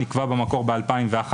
נקבע במקור ב-2011,